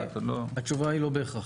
התשובה היא לא בהכרח.